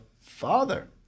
father